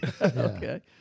Okay